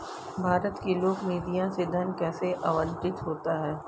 भारत की लोक निधियों से धन कैसे आवंटित होता है?